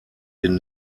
den